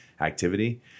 activity